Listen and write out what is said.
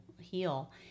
heal